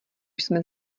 jsme